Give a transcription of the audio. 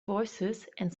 voicesand